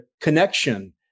connection